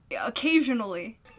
occasionally